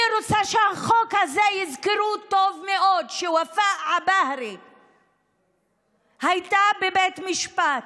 אני רוצה שבחוק הזה יזכרו טוב מאוד שוופאא עבאהרה הייתה בבית משפט,